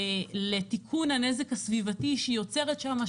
לתיקון הנזק הסביבתי שהיא יוצרת שם,